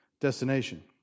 destination